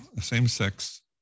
same-sex